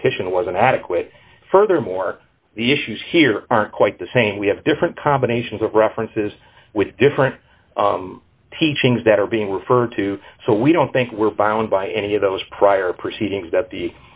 petition was inadequate furthermore the issues here aren't quite the same we have different combinations of references with different teachings that are being referred to so we don't think we're filing by any of those prior proceedings that